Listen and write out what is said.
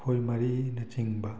ꯈꯣꯏ ꯃꯔꯤꯅꯆꯤꯡꯕ